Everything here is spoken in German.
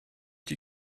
die